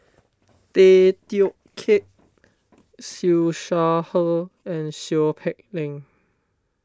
Tay Teow Kiat Siew Shaw Her and Seow Peck Leng